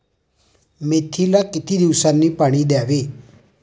मेथीला किती दिवसांनी पाणी द्यावे?